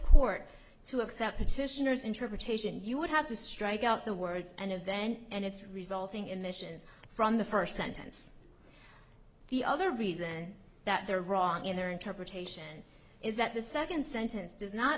court to accept petitioners interpretation you would have to strike out the words an event and its resulting emissions from the first sentence the other reason that they're wrong in their interpretation is that the second sentence does not